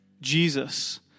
Jesus